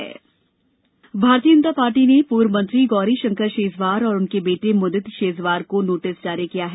Shejwar notice Bharatiya Janata Party ने पूर्व मंत्री गौरी शंकर शेजवार और उनके बेटे मुदित शेजवार को नोटिस जारी किया है